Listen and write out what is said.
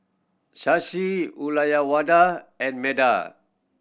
Shashi Ulayawada and Medha